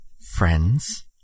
friends